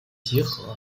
集合